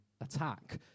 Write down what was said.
attack